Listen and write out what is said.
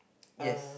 yes